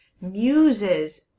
muses